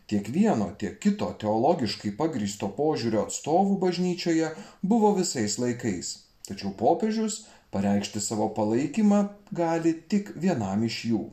tiek vieno tiek kito teologiškai pagrįsto požiūrio atstovų bažnyčioje buvo visais laikais tačiau popiežius pareikšti savo palaikymą gali tik vienam iš jų